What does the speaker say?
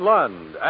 Lund